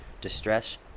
distress